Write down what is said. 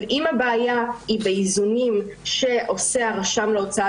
אם הבעיה היא באיזונים שעושה הרשם להוצאה